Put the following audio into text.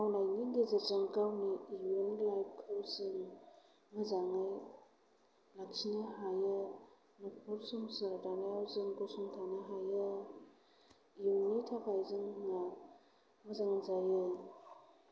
मावनायनि गेजेरजों गावनि इयुन लाइफखौ जों मोजाङै लाखिनो हायो न'खर संसार दानायाव जों गसंथानो हायो इयुननि थाखाय जोंना मोजां जायो